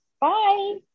Bye